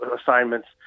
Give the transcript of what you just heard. assignments